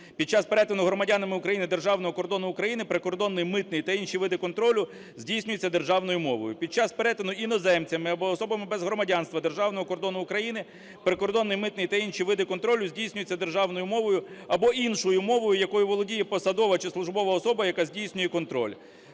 під час перетину громадянами України державного кордону України прикордонний, митний та інші види контролю здійснюються державною мовою. Під час перетину іноземцями або особами без громадянства державного кордону України прикордонний, митний та інші види контролю здійснюються державною мовою або іншою мовою, якою володіє посадова чи службова особа, яка здійснює контроль.